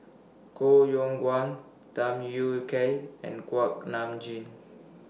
Koh Yong Guan Tham Yui Kai and Kuak Nam Jin